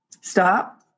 stop